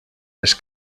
les